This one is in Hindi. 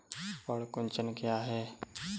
पर्ण कुंचन क्या है?